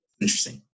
interesting